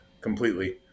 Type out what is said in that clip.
completely